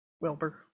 Wilbur